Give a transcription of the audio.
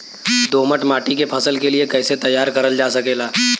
दोमट माटी के फसल के लिए कैसे तैयार करल जा सकेला?